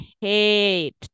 hate